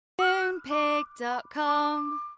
Moonpig.com